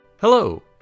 Hello